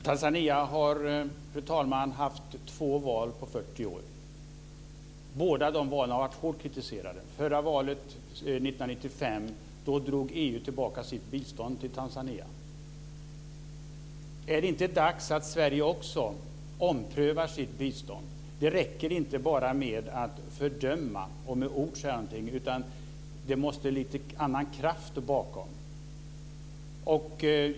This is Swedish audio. Fru talman! Tanzania har haft två val på 40 år. Båda valen har varit hårt kritiserade. Vid det förra valet, 1995, drog EU tillbaka sitt bistånd till Tanzania. Är det inte dags att Sverige också omprövar sitt bistånd? Det räcker inte bara med att fördöma, och med ord säga någonting, utan det måste till annan kraft bakom.